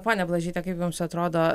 ponia blažyte kaip jums atrodo